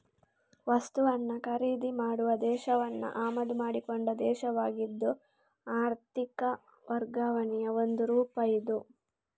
ವಸ್ತುವನ್ನ ಖರೀದಿ ಮಾಡುವ ದೇಶವನ್ನ ಆಮದು ಮಾಡಿಕೊಂಡ ದೇಶವಾಗಿದ್ದು ಆರ್ಥಿಕ ವರ್ಗಾವಣೆಯ ಒಂದು ರೂಪ ಇದು